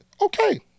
Okay